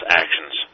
actions